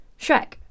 Shrek